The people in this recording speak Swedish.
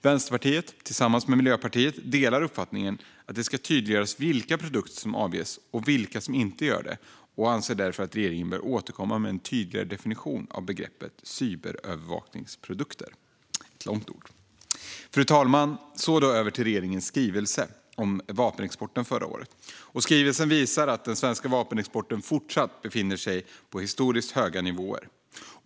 Vänsterpartiet delar tillsammans med Miljöpartiet uppfattningen att det ska tydliggöras vilka produkter som avses och vilka som inte gör det och anser därför att regeringen bör återkomma med en tydligare definition av begreppet cyberövervakningsprodukter - ett långt ord för övrigt. Fru talman! Jag går över till regeringens skrivelse om vapenexporten förra året. Skrivelsen visar att den svenska vapenexporten fortsatt befinner sig på historiskt höga nivåer.